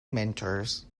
mentors